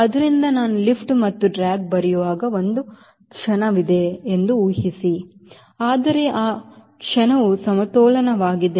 ಆದ್ದರಿಂದ ನಾನು ಲಿಫ್ಟ್ ಮತ್ತು ಡ್ರ್ಯಾಗ್ ಬರೆಯುವಾಗ ಒಂದು ಕ್ಷಣವಿದೆ ಎಂದು ಊಹಿಸು ಆದರೆ ಆ ಕ್ಷಣವು ಸಮತೋಲನವಾಗಿದೆ